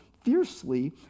fiercely